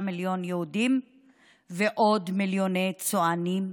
מיליון יהודים ועוד מיליוני צוענים,